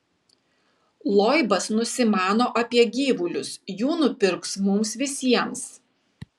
loibas nusimano apie gyvulius jų nupirks mums visiems